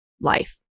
life